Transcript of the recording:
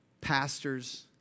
Pastors